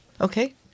Okay